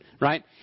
right